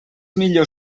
millor